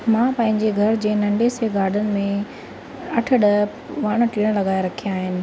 मां पंहिंजे घर जे नंढे से गार्डन में अठ ॾह वण टिण लॻाए रखिया आहिनि